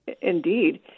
Indeed